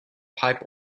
pipe